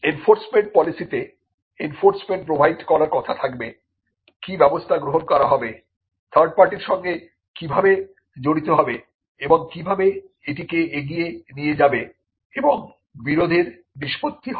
enforcement পলিসিতে enforcement provide করার কথা থাকবে কি ব্যবস্থা গ্রহণ করা হবে থার্ড পার্টির সঙ্গে কিভাবে জড়িত হবে এবং কীভাবে এটিকে এগিয়ে নিয়ে যাবে এবং বিরোধের নিষ্পত্তি হবে